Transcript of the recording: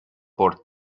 por